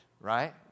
right